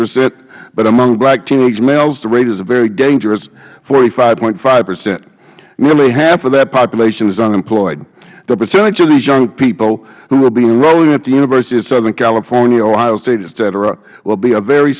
percent but among black teenage males the rate is a very dangerous forty five point five percent nearly half of that population is unemployed the percentage of these young people who will be enrolling at the university of southern california ohio state etcetera will be very